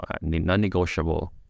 non-negotiable